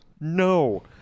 No